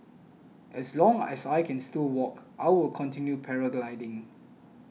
as long as I can still walk I will continue paragliding